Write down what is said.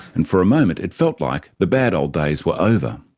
and for a moment it felt like the bad old days were over.